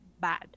bad